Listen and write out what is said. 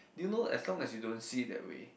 do you know as long as you don't see it that way